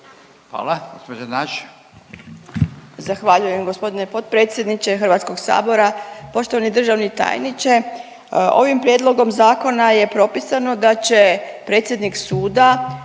Hvala. Gospođa Nađ.